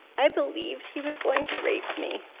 i believed he was going to rape me.